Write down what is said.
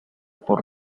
por